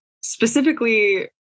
specifically